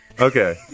Okay